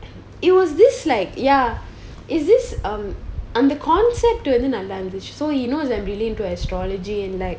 it was this like ya is this um அந்த:antha concept வந்து நல்லா இருந்துச்சி:vanthu nalla irunthuchi so he knows I believe to astrology and like